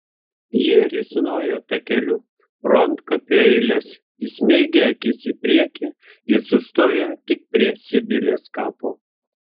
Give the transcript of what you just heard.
jie risnojo takeliu pro antkapių eiles įsmeigę akis į priekį ir sustojo tik prie sibilės kapo